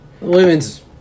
women's